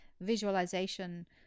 visualization